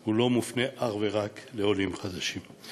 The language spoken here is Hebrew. החלטת ועדת הכספים אושרה.